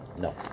No